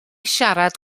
siarad